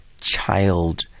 child